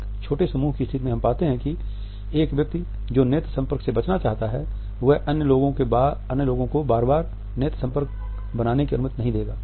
एक छोटे समूह की स्थितियों में हम पते है कि एक व्यक्ति जो नेत्र संपर्क से बचना चाहता है वह अन्य लोगों को बार बार नेत्र संपर्क बनाने की अनुमति नहीं देगा